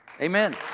amen